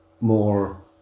more